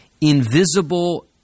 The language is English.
invisible